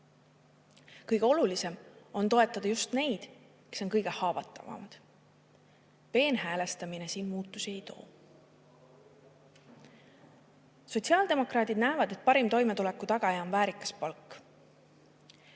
Kõige olulisem on toetada just neid, kes on kõige haavatavamad. Peenhäälestamine siin muutusi ei too. Sotsiaaldemokraadid näevad, et toimetuleku parim tagaja on väärikas palk.